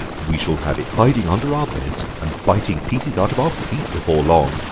we shall have it hiding under our beds and biting pieces out of our feet before long,